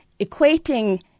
equating